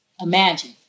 imagine